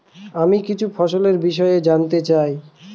আমি কিছু ফসল জন্য জানতে চাই